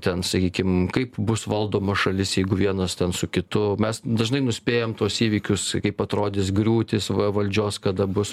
ten sakykim kaip bus valdoma šalis jeigu vienas ten su kitu mes dažnai nuspėjam tuos įvykius kaip atrodys griūtys va valdžios kada bus